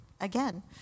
again